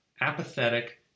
apathetic